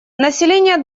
население